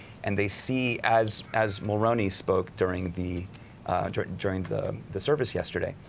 and they see as as maroney spoke during the during during the the service yesterday.